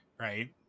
Right